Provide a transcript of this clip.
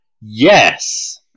Yes